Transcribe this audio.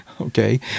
Okay